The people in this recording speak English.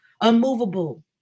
unmovable